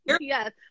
yes